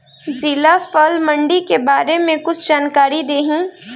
जिला फल मंडी के बारे में कुछ जानकारी देहीं?